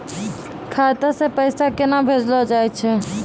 खाता से पैसा केना भेजलो जाय छै?